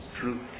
truth